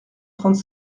trente